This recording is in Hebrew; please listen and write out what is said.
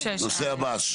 נושא הבא.